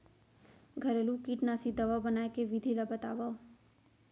घरेलू कीटनाशी दवा बनाए के विधि ला बतावव?